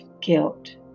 guilt